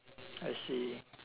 I see